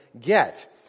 get